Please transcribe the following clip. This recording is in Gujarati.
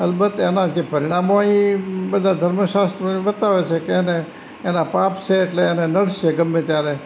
અલબત્ત એનાં જે પરિણામો એ બધાં ધર્મ શાસ્ત્રો બતાવે છે કે એને એનાં પાપ છે એટલે એને નડશે ગમે ત્યારે